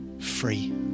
free